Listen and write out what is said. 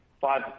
five